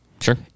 Sure